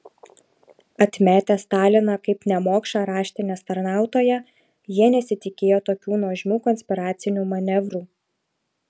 atmetę staliną kaip nemokšą raštinės tarnautoją jie nesitikėjo tokių nuožmių konspiracinių manevrų